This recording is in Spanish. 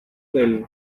del